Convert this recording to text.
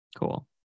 cool